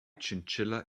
chinchilla